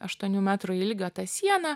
aštuonių metrų ilgio ta siena